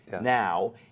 now